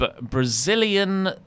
Brazilian